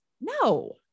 No